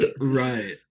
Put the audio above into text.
right